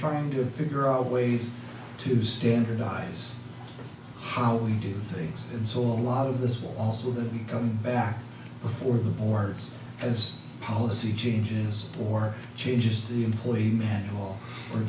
trying to figure out ways to standardize how we do things and so a lot of this will also that come back before the boards as policy changes or changes to the employee manual or